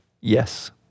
yes